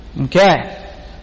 Okay